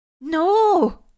No